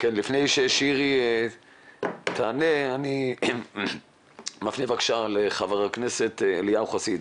בבקשה ח"כ חסיד.